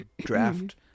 draft